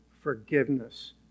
forgiveness